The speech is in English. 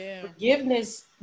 forgiveness